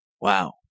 Wow